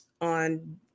on